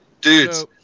Dudes